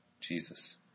Jesus